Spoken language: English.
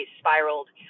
spiraled